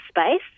space